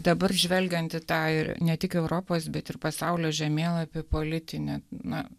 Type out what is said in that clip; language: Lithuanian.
dabar žvelgiant į tą ir ne tik europos bet ir pasaulio žemėlapį politinį na